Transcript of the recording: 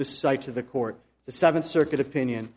the cite to the court the seventh circuit opinion